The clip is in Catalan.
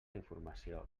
informació